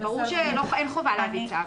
אין חובה להביא צו.